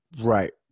Right